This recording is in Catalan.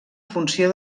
funció